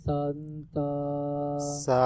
Santa